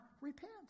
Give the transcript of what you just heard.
repent